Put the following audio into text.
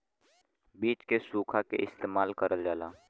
बीज के सुखा के इस्तेमाल करल जाला